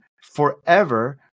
forever